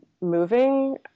moving